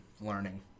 learning